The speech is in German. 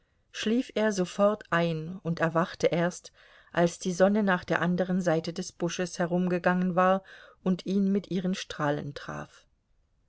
schlief er sofort ein und erwachte erst als die sonne nach der anderen seite des busches herumgegangen war und ihn mit ihren strahlen traf